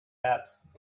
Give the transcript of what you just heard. erbsen